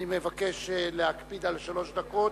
אני מבקש להקפיד על שלוש דקות,